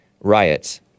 riots